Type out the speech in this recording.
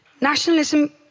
nationalism